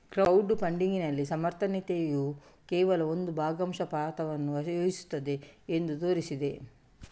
crowd ಫಂಡಿಗಿನಲ್ಲಿ ಸಮರ್ಥನೀಯತೆಯು ಕೇವಲ ಒಂದು ಭಾಗಶಃ ಪಾತ್ರವನ್ನು ವಹಿಸುತ್ತದೆ ಎಂದು ತೋರಿಸಿದೆ